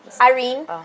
Irene